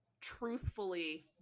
truthfully